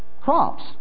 crops